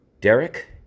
Derek